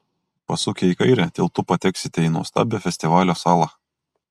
pasukę į kairę tiltu pateksite į nuostabią festivalio salą